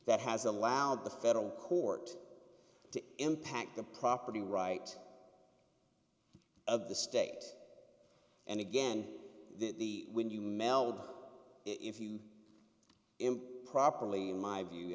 that has allowed the federal court to impact the property right of the state and again the when you meld if you imp properly in my view